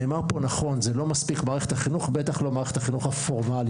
נאמר פה נכון: מערכת החינוך לא מספיקה; בטח שלא מערכת החינוך הפורמלית,